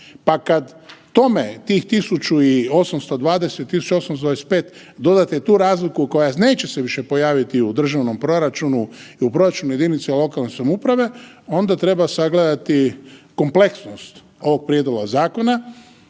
Pa kad tome tih 1.820, 1.825 dodate tu razliku koja se neće više pojaviti u državnom proračunu i u proračunu jedinice lokalne samouprave onda treba sagledati kompleksnost ovog prijedloga zakona.